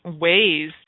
ways